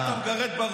הרי אם אתה מגרד בראש,